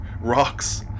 Rocks